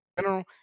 General